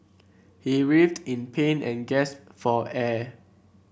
he writhed in pain and gasped for air